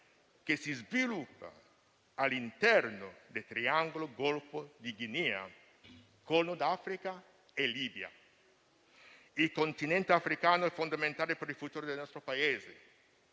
che si sviluppa all'interno del triangolo Golfo di Guinea, Corno d'Africa e Libia. Il continente africano è fondamentale per il futuro del nostro Paese,